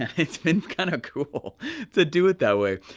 it's been kinda cool to do it that way.